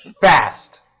Fast